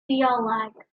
bioleg